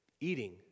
Eating